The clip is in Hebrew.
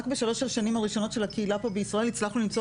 רק בשלוש השנים הראשונות של הקהילה פה בישראל הצלחנו למצוא